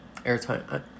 airtime